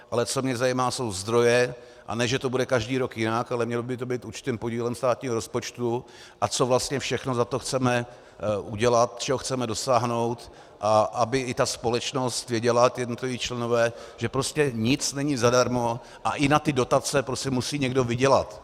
Ale co mě zajímá, jsou zdroje, a ne že to bude každý rok jinak, ale mělo by to být určitým podílem státního rozpočtu, a co vlastně všechno za to chceme udělat, čeho chceme dosáhnout, a aby i společnost věděla, jednotliví členové, že prostě nic není zadarmo a i na dotace musí někdo vydělat.